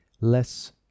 less